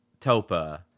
topa